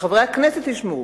שחברי הכנסת ישמעו,